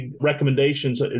recommendations